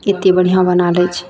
कतेक बढ़िआँ बना दै छै